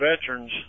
veterans